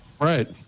Right